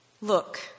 Look